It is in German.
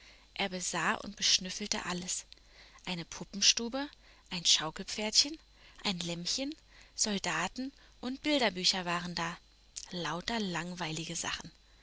er besah und beschnüffelte alles eine puppenstube ein schaukelpferdchen ein lämmchen soldaten und bilderbücher waren da lauter langweilige sachen